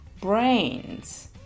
brains